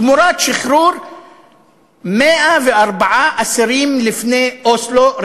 תמורת שחרור 104 אסירים מלפני אוסלו,